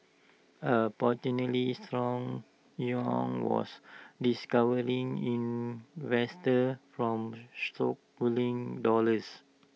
A potentially stronger yuan was discouraging investors from stockpiling dollars